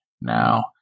Now